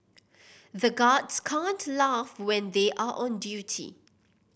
the guards can't laugh when they are on duty